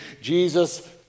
Jesus